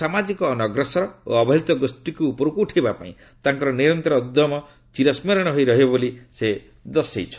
ସାମାଜିକ ଅନଗ୍ରସର ଓ ଅବହେଳିତ ଗୋଷ୍ଠୀକୁ ଉପରକୁ ଉଠାଇବା ପାଇଁ ତାଙ୍କର ନିରନ୍ତର ଉଦ୍ୟମ ଚିରସ୍କରଣୀୟ ହୋଇ ରହିବ ବୋଲି ସେ କହିଛନ୍ତି